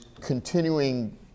continuing